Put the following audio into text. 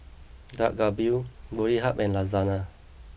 Dak Galbi Boribap and Lasagne